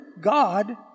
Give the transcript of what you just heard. God